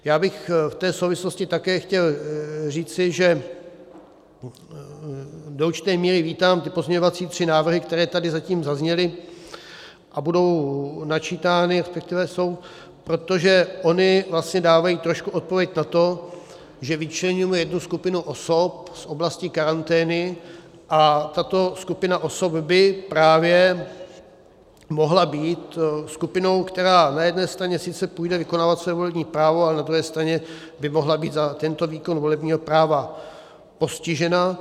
Já bych v té souvislosti také chtěl říci, že do určité míry vítám ty tři pozměňovací návrhy, které tady zatím zazněly a budou načítány, resp. jsou, protože ony vlastně dávají trošku odpověď na to, že vyčleňujeme jednu skupinu osob z oblasti karantény, a tato skupina osob by právě mohla být skupinou, která na jedné straně sice půjde vykonávat své volební právo, ale na druhé straně by mohla být za tento výkon volebního práva postižena.